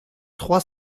trois